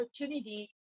opportunity